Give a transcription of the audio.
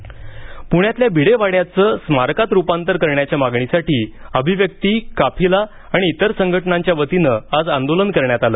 प्ण्यातल्या भिडेवाड्याचं स्मारकात रूपांतर करण्याच्या मागणीसाठी अभिव्यक्ती काफिला आणि इतर संघटनांच्या वतीनं आज आंदोलन करण्यात आलं